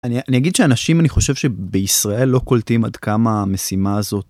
אני-אני אגיד שאנשים, אני חושב, שבישראל לא קולטים עד כמה המשימה הזו